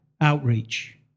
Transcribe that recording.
outreach